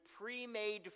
pre-made